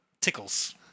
Tickles